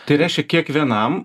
tai reiškia kiekvienam